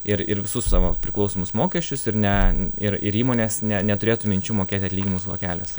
ir ir visus savo priklausomus mokesčius ir ne ir ir įmonės ne neturėtų minčių mokėti atlyginimus vokeliuose